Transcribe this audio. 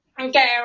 Okay